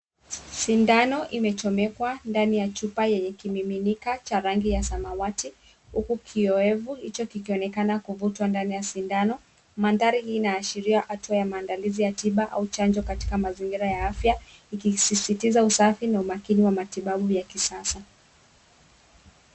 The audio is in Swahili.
Sindano imechomekwa ndani ya chupa yenye kimiminika cha rangi ya samawati uku kiowevu hicho kikionekana kuvutwa ndani ya sindano. Mandhari hii inaashiria hatua ya maandilizi ya tiba au chanjo katika mazingira ya afya ikisisitiza usafi na umakini wa matibabu vya kisasa.